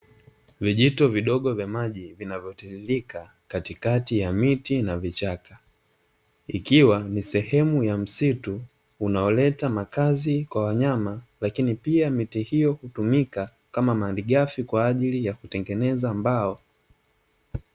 Vijito vidogo vya maji vinavyotiririka katikati ya miti na vichaka, ikiwa ni sehemu ya msitu unaoleta makazi kwa wanyama lakini pia miti hiyo hutumika kama malighafi kwa ajili ya kutengeneza mbao.